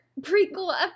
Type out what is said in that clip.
prequel